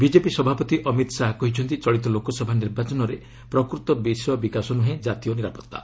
BJP ସଭାପତି ଅମିତ ଶାହା କହିଛନ୍ତି ଚଳିତ ଲୋକସଭା ନିର୍ବାଚନରେ ପ୍ରକୃତ ବିଷୟ ବିକାଶ ନୁହେଁ ଜାତୀୟ ନିରାପତ୍ତା